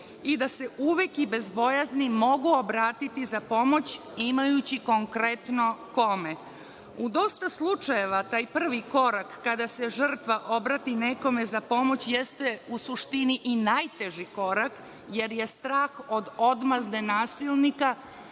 i da se uvek i bez bojazni mogu obratiti za pomoć imajući konkretno kome.U dosta slučajeva taj prvi korak kada se žrtva obrati nekome za pomoć jeste u suštini i najteži korak jer je strah od odmazde nasilnika